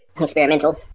Experimental